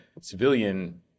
civilian